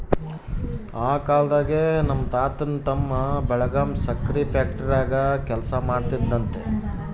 ಆ ಕಾಲ್ದಾಗೆ ನಮ್ ತಾತನ್ ತಮ್ಮ ಬೆಳಗಾಂ ಸಕ್ರೆ ಫ್ಯಾಕ್ಟರಾಗ ಕೆಲಸ ಮಾಡ್ತಿದ್ನಂತೆ